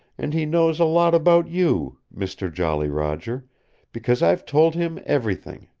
and he knows a lot about you, mister jolly roger because i've told him everything.